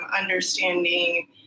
understanding